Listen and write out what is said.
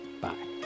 Bye